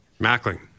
Mackling